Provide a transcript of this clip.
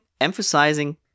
emphasizing